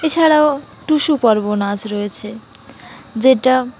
এছাড়াও টুসু পর্ব নাচ রয়েছে যেটা